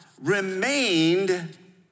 remained